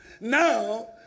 now